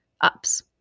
ups